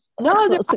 No